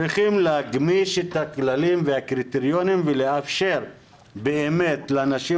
צריכים להגמיש את הכללים והקריטריונים ולאפשר באמת לאנשים